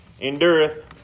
endureth